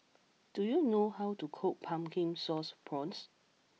do you know how to cook Pumpkin Sauce Prawns